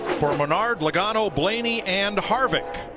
for menard, lagano, blaney and harvik.